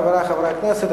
חברי חברי הכנסת,